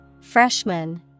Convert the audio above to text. Freshman